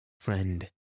friend